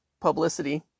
publicity